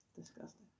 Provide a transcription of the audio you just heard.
Disgusting